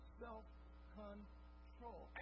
self-control